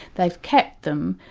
they've kept them,